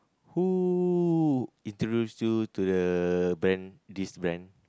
who introduce you to the brand this brand